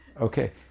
Okay